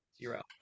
zero